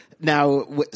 Now